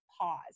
pause